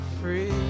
free